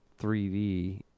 3D